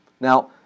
Now